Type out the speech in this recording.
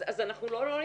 אז אנחנו לא נתקדם.